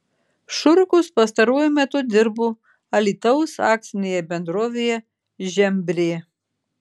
šurkus pastaruoju metu dirbo alytaus akcinėje bendrovėje žembrė